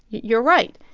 you're right.